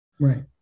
Right